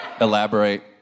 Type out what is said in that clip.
elaborate